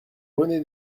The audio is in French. rené